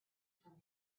from